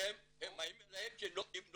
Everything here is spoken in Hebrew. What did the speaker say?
שאפו